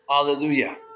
Hallelujah